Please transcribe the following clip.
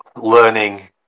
Learning